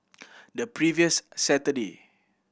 the previous Saturday